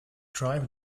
tribe